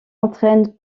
entraîne